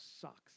sucks